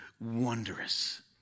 wondrous